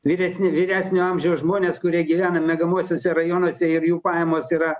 vyresni vyresnio amžiaus žmonės kurie gyvena miegamuosiuose rajonuose ir jų pajamos yra